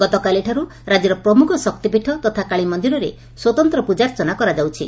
ଗତକାଲିଠାରୁ ରାଜ୍ୟର ପ୍ରମୁଖ ଶକ୍ତିପୀଠ ତଥା କାଳୀ ମନ୍ଦିରରେ ସ୍ୱତନ୍ତ ପୂକାର୍ଚ୍ଚନା କରାଯାଉଛି